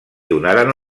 donaren